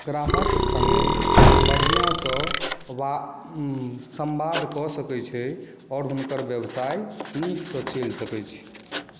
ग्राहक सङ्गे बढ़िआँसँ वा सम्वाद कऽ सकैत छै आओर हुनकर व्यवसाय नीकसँ चलि सकैत छै